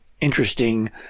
interesting